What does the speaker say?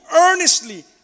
earnestly